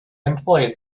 employed